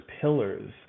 pillars